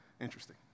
interesting